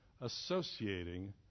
associating